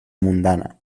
mundana